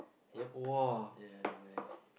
yup ya Dubai